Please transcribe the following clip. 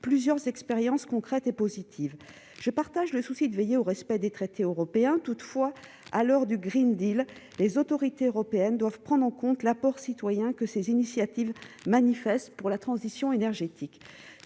plusieurs expériences concrètes et positives, je partage le souci de veiller au respect des traités européens, toutefois, à l'heure du Green deal, les autorités européennes doivent prendre en compte l'apport citoyen que ces initiatives manifeste pour la transition énergétique